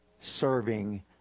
serving